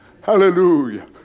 Hallelujah